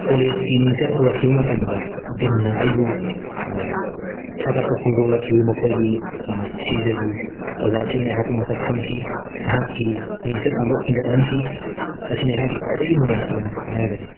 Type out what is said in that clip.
ꯀꯣꯂꯦꯖꯀꯤ ꯃꯤꯡꯆꯠ ꯄꯨꯔꯛꯈꯤꯕ ꯃꯇꯝꯗ ꯗꯤꯟꯅ ꯑꯩꯕꯨ ꯊꯥꯒꯠꯄ ꯐꯣꯡꯗꯣꯛꯂꯛꯈꯤ ꯃꯈꯣꯏꯒꯤ ꯁꯤꯖꯒꯤ ꯑꯣꯖꯥꯁꯤꯡꯅ ꯑꯩꯍꯥꯛꯄꯨ ꯃꯁꯛ ꯈꯪꯈꯤ ꯑꯩꯍꯥꯛꯀꯤ ꯃꯤꯡꯆꯠ ꯑꯃ ꯈꯤꯟꯒꯠꯍꯟꯈꯤ ꯃꯁꯤꯅ ꯑꯩꯍꯥꯛꯀꯤ ꯈ꯭ꯋꯥꯏꯗꯒꯤ ꯅꯨꯡꯉꯥꯏꯈꯤꯕ ꯃꯤꯀꯨꯞ ꯍꯥꯏꯔꯒꯗꯤ